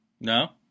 No